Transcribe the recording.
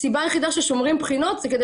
הסיבה היחידה ששומרים בחינות זה כדי